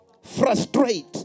frustrate